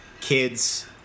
kids